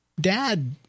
dad